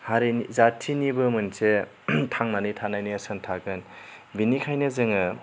हारि जातिनिबो मोनसे थांनानै थानायनि नेर्सोन थागोन बेनिखायनो जोङो